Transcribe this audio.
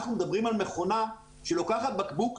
אנחנו מדברים על מכונה שלוקחת בקבוק,